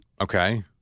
Okay